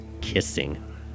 kissing